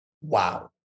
Wow